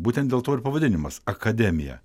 būtent dėl to ir pavadinimas akademija